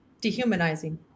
Dehumanizing